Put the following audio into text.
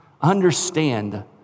Understand